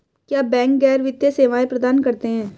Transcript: क्या बैंक गैर वित्तीय सेवाएं प्रदान करते हैं?